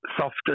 softer